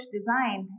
design